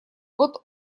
вот